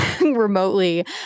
remotely